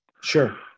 Sure